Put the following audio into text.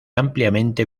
ampliamente